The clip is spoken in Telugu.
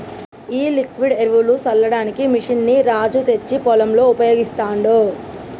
ఈ లిక్విడ్ ఎరువులు సల్లడానికి మెషిన్ ని రాజు తెచ్చి పొలంలో ఉపయోగిస్తాండు